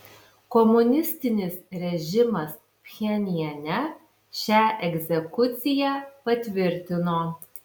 komunistinis režimas pchenjane šią egzekuciją patvirtino